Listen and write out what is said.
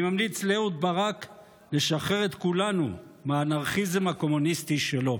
אני ממליץ לאהוד ברק לשחרר את כולנו מהאנרכיזם הקומוניסטי שלו.